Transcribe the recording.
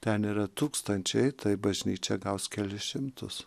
ten yra tūkstančiai tai bažnyčia gaus kelis šimtus